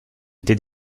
été